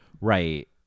right